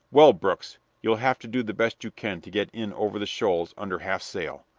well, brookes, you'll have to do the best you can to get in over the shoals under half sail.